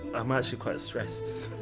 i'm actually quite stressed.